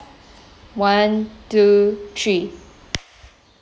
one two three